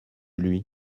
lui